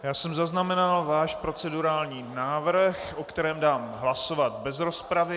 Já jsem zaznamenal váš procedurální návrh, o kterém dám hlasovat bez rozpravy.